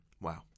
Wow